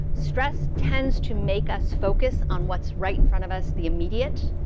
stress tends to make us focus on what's right in front of us, the immediate,